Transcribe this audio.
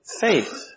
faith